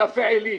קפה עילית.